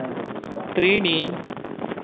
त्रीणि